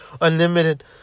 unlimited